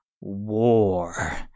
war